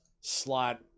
slot